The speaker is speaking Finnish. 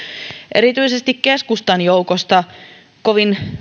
erityisesti keskustan joukosta kovin